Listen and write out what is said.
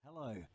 Hello